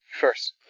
First